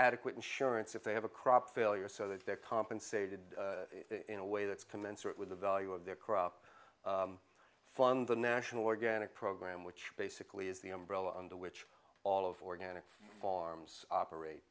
adequate insurance if they have a crop failure so that they're compensated in a way that's commensurate with the value of their crop fund the national organic program which basically is the umbrella under which all of organic farms operate